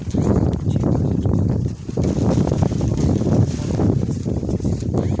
যে বাজার গুলাতে লোকে ব্যভার কোরা জিনিস বেচছে